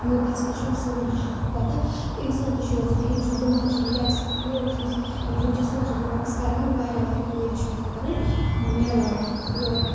یوگاہَس منٛز چھِ یِم سورُے لَگان پَتہ تہٕ اِنسان تہِ چھِ روزان فِرٛی أمۍ سُنٛد دِماغ چھِ رٕلیکٕس کَران أمۍ سٕنٛز أمۍ سُنٛد جِسٕم چھِ رٕلیکٕس کَران واریاہ واریاہ فٲیدٕ چھُ یِتھَے کَنۍ مِلان تہٕ یورٕ